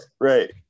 right